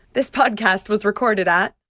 this podcast was recorded at.